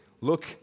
look